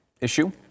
issue